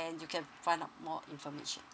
and you can find out more information